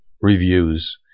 reviews